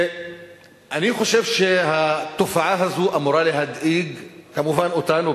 אני חושב שהתופעה הזו אמורה להדאיג כמובן אותנו,